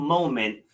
Moment